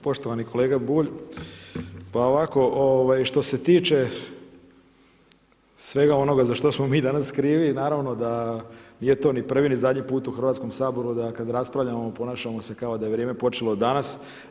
Poštovani kolega Bulj, pa ovako što se tiče svega onoga za što smo mi danas krivi, naravno da nije to ni prvi ni zadnji put u Hrvatskom saboru da kad raspravljamo ponašamo se kao da je vrijeme počelo danas.